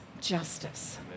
justice